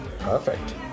Perfect